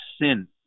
sin